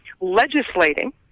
legislating